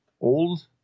old